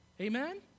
Amen